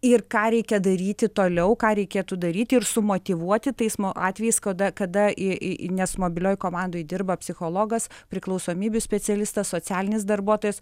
ir ką reikia daryti toliau ką reikėtų daryti ir sumotyvuoti teismo atvejis kada kada į į nes mobilioj komandoj dirba psichologas priklausomybių specialistas socialinis darbuotojas